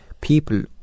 people